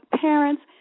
parents